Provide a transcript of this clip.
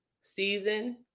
season